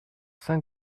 saint